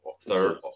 third